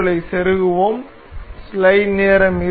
கூறுகளை செருகுவோம்